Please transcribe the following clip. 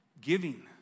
Giving